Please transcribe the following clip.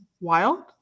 wild